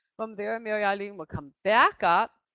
from there, marilyn will come back up.